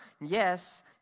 yes